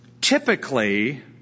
typically